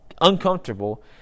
uncomfortable